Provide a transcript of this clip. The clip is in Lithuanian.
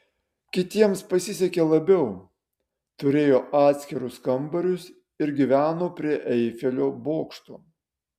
kitiems pasisekė labiau turėjo atskirus kambarius ir gyveno prie eifelio bokšto